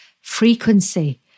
frequency